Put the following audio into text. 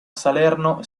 salerno